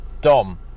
Dom